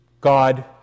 God